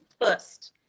first